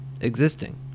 existing